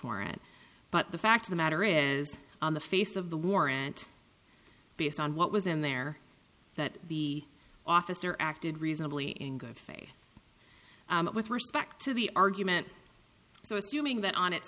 warrant but the fact of the matter is on the face of the warrant based on what was in there that the officer acted reasonably in good faith with respect to the argument so assuming that on it